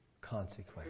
consequence